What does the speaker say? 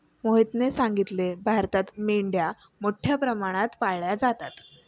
मोहितने सांगितले, भारतात मेंढ्या मोठ्या प्रमाणात पाळल्या जातात